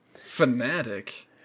Fanatic